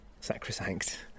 sacrosanct